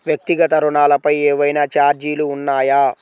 వ్యక్తిగత ఋణాలపై ఏవైనా ఛార్జీలు ఉన్నాయా?